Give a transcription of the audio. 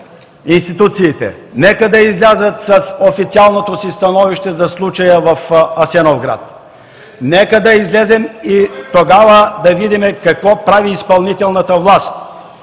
институциите – нека да излязат с официалното си становище за случая в Асеновград! Нека да излезем и тогава да видим какво прави изпълнителната власт!